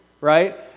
right